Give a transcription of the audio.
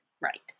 Right